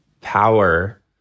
power